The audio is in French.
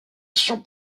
son